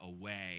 away